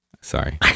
Sorry